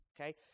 Okay